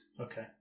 okay